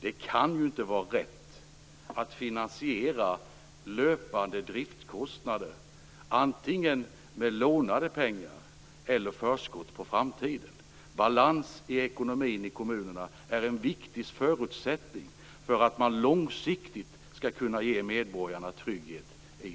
Det kan ju inte vara rätt att finansiera löpande driftkostnader antingen med lånade pengar eller med förskott. Balans i kommunernas ekonomi är en viktig förutsättning för att man långsiktigt skall kunna ge medborgarna trygghet i